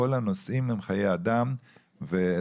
כל הנושאים הם חיי אדם ועזרה לחלשים,